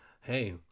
hey